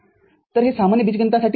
तर हे सामान्य बीजगणितासाठी वैध नाही